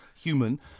human